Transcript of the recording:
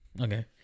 okay